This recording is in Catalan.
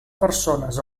persones